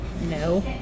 No